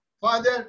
Father